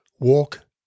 walk